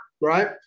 right